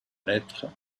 lettre